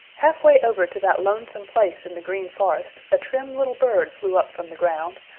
halfway over to that lonesome place in the green forest a trim little bird flew up from the ground,